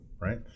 Right